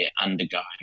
undergoing